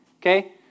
okay